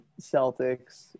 Celtics